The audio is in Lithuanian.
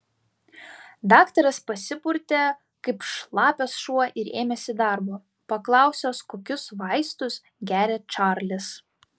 daktaras pasipurtė kaip šlapias šuo ir ėmėsi darbo paklausęs kokius vaistus geria čarlis